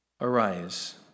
arise